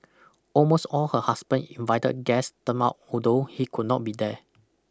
almost all her husband invited guest turned up although he could not be there